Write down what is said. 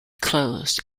closed